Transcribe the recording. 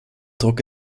druck